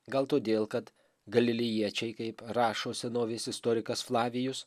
gal todėl kad galilėjiečiai kaip rašo senovės istorikas flavijus